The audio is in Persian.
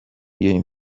این